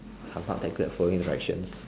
I am not that good at following directions